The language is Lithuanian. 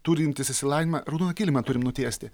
turintys išsilavinimą raudoną kilimą turim nutiesti